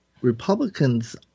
Republicans